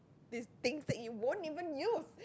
these things that you won't even use